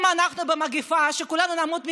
אם אנחנו במגפה, כולנו נמות מקורונה,